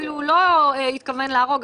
אפילו לא התכוון להרוג,